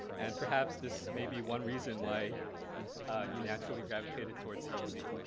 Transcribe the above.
and perhaps this may be one reason why you naturally gravitated towards cmc.